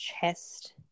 chest